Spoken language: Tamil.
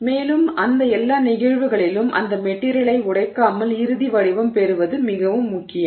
மேலும் அந்த எல்லா நிகழ்வுகளிலும் அந்த மெட்டிரியலை உடைக்காமல் இறுதி வடிவம் பெறுவது மிகவும் முக்கியம்